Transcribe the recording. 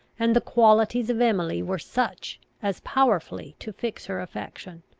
and the qualities of emily were such as powerfully to fix her affection.